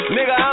Nigga